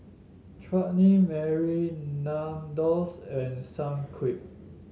Chutney Mary Nandos and Sunquick